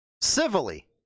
civilly